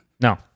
no